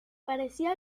parecía